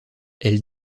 elle